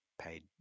paid